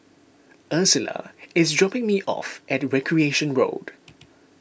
Ursula is dropping me off at Recreation Road